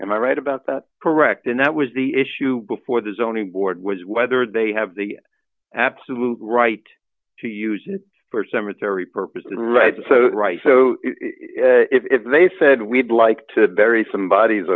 am i right about that correct and that was the issue before the zoning board was whether they have the absolute right to use it for cemetery purposes and right so right so if they said we'd like to bury some bodies